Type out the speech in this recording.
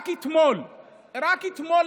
רק אתמול הקואליציה,